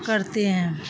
کرتے ہیں